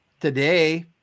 today